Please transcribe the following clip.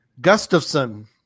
Gustafson